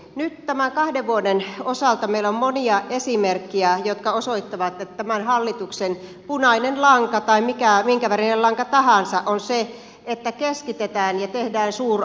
nyt tämän kahden vuoden osalta meillä on monia esimerkkejä jotka osoittavat että tämän hallituksen punainen lanka tai minkä värinen lanka tahansa on se että keskitetään ja tehdään suuralueita